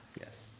Yes